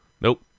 Nope